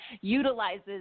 utilizes